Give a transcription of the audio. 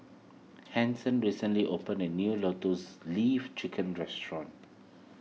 Anson recently opened a new Lotus Leaf Chicken Restaurant